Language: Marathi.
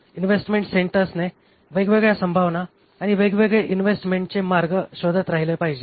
इन्व्हेस्टमेंट सेन्टर्सने वेगवेगळ्या संभावना आणि वेगवेगळे इन्व्हेस्टमेंटचे मार्ग शोधत राहिले पाहिजे